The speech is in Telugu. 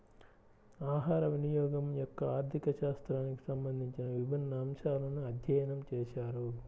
ఆహారవినియోగం యొక్క ఆర్థిక శాస్త్రానికి సంబంధించిన విభిన్న అంశాలను అధ్యయనం చేశారు